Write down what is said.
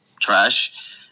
trash